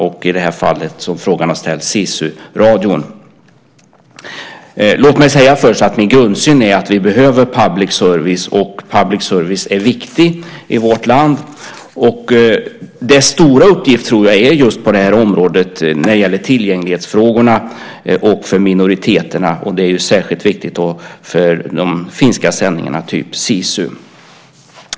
I det här fallet gäller frågan Sisuradion. Min grundsyn är att vi behöver public service . Public service är viktig i vårt land. Dess stora uppgift finns på det här området. Det gäller tillgänglighet för minoriteterna, och där är de finska sändningarna, av typen Sisuradio, särskilt viktiga.